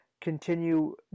continue